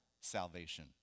salvation